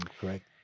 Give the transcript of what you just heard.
correct